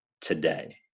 today